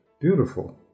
Beautiful